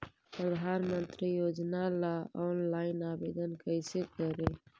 प्रधानमंत्री योजना ला ऑनलाइन आवेदन कैसे करे?